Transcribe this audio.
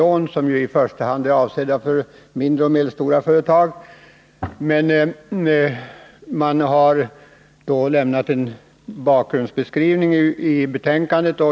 Lånen är ju i första hand avsedda för mindre och medelstora företag. Utskottet har i betänkandet lämnat en bakgrundsbeskrivning.